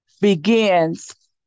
begins